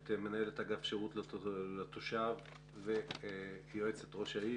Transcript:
את מנהלת אגף שירות לתושב ויועצת ראש העיר,